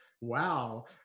Wow